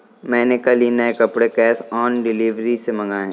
मैंने कल ही नए कपड़े कैश ऑन डिलीवरी से मंगाए